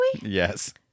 yes